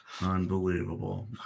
Unbelievable